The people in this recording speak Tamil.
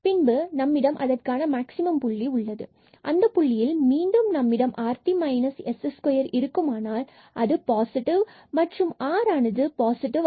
பின்பு நம்மிடம் மற்றும் அதற்கான மாக்ஸிமம் புள்ளி உள்ளது மற்றும் அந்த புள்ளியில் மீண்டும் நம்மிடம் rt s2 இருக்குமேயானால் அது பாசிட்டிவ் மற்றும் ஆர் பாசிட்டிவ்